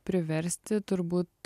priversti turbūt